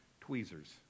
tweezers